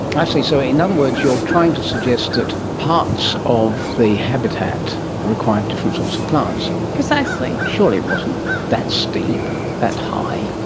so in other words you're trying to suggest that parts of the habitat require different sorts of plants. precisely. surely it wasn't that steep, that high?